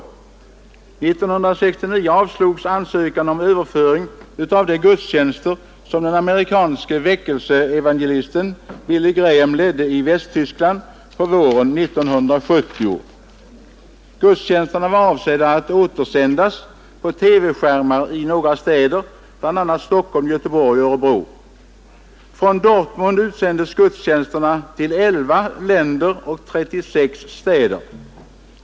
År 1969 avslogs ansökan om överföring av de gudstjänster som den amerikanske väckelseevangelisten Billy Graham ledde i Västtyskland på våren 1970. Man hade avsett att gudstjänsterna skulle återutsändas på TV-skärmar i några städer, bl.a. Stockholm, Göteborg och Örebro. Från Dortmund utsändes gudstjänsterna till 11 länder och 36 städer.